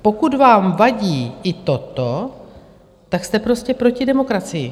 Pokud vám vadí i toto, tak jste prostě proti demokracii.